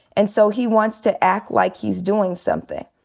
and so he wants to act like he's doing something.